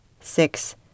six